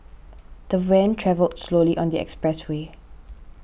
the van travelled slowly on the expressway